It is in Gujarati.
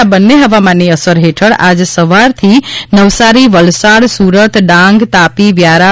આ બંન્ને હવામાનની અસર હેઠળ આજ સવારથી નવસારી વલસાડ સુરત ડાંગ તાપી વ્યારા